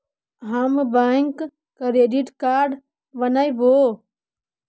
हम bank credit card बनैवो?